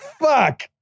fuck